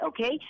okay